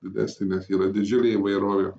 didesnė nes yra didžiulė įvairovė